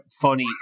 funny